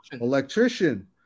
electrician